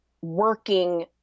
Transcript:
working